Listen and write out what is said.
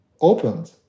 opened